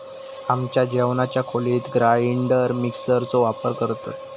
आमच्या जेवणाच्या खोलीत ग्राइंडर मिक्सर चो वापर करतत